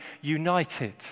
united